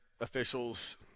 officials